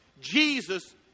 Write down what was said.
Jesus